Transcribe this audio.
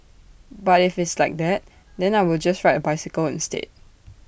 but if it's like that then I will just ride A bicycle instead